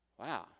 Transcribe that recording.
Wow